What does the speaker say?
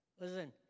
Listen